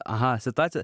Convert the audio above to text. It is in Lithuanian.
aha situacija